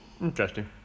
Interesting